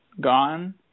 gone